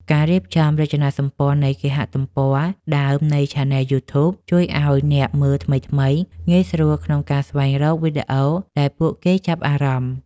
ការរៀបចំរចនាសម្ព័ន្ធនៃគេហទំព័រដើមនៃឆានែលយូធូប ជួយឱ្យអ្នកមើលថ្មីៗងាយស្រួលក្នុងការស្វែងរកវីដេអូដែលពួកគេចាប់អារម្មណ៍។